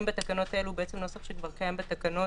בתקנות אלו הוא בעצם נוסח שכבר קיים בתקנות